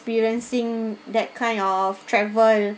experiencing that kind of travel